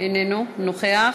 אינו נוכח,